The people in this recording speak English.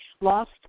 lost